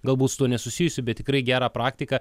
galbūt su tuo nesusijusi bet tikrai gera praktika